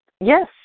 Yes